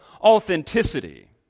authenticity